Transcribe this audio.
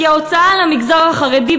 כי ההוצאה על המגזר החרדי,